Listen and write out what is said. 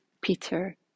Peter